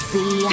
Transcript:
See